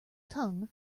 tongue